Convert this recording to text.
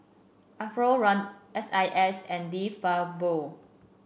Alfio Raldo S I S and De Fabio